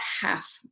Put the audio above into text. half